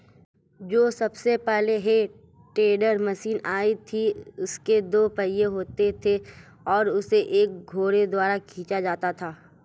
जो सबसे पहले हे टेडर मशीन आई थी उसके दो पहिये होते थे और उसे एक घोड़े द्वारा खीचा जाता था